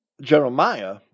Jeremiah